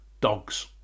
dogs